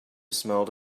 smelled